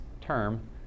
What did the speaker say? term